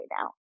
now